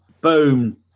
Boom